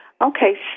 Okay